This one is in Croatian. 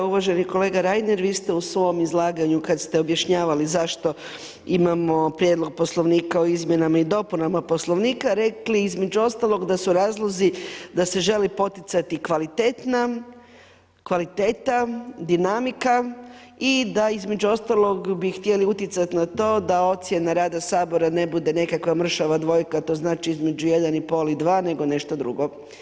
Uvaženi kolega Reiner, vi ste u svom izlaganju kad ste objašnjavali zašto imamo Prijedlog poslovnika o izmjenama i dopunama Poslovnika rekli, između ostaloga, da su razlozi da se želi poticati kvaliteta, dinamika i da između ostalog, bi htjeli utjecati da ocjena rada Sabora ne bude nekakva mršava dvojka, to znači između 1,5 i 2, nego nešto drugo.